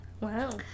Wow